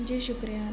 جی شکریہ آپ کا